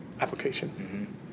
application